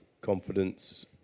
confidence